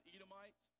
Edomite